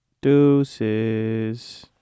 Deuces